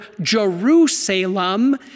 Jerusalem